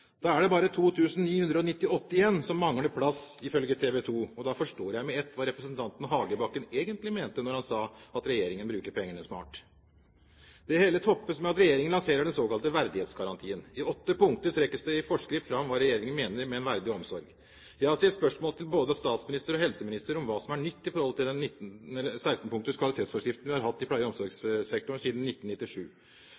Da er det bare 2 998 igjen som mangler plass, ifølge TV 2, og da forstår jeg med ett hva representanten Hagebakken egentlig mente da han sa at regjeringen bruker pengene smart. Det hele toppes med at regjeringen lanserer den såkalte verdighetsgarantien. I åtte punkter trekkes det i forskrift fram hva regjeringen mener med en verdig omsorg. Jeg har stilt spørsmål til både statsministeren og helseministeren om hva som er nytt i forhold til den 16-punkters kvalitetsforskriften vi har hatt i pleie- og